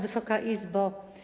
Wysoka Izbo!